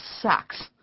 Sucks